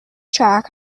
track